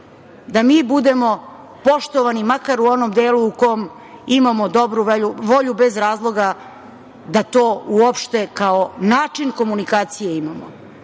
da mi budemo poštovani, makar u onom delu u kom imamo dobru volju bez razloga da to uopšte kao način komunikacije imamo. Zbog